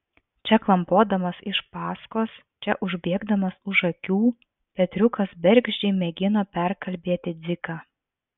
čia klampodamas iš paskos čia užbėgdamas už akių petriukas bergždžiai mėgino perkalbėti dziką